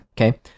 Okay